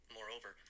Moreover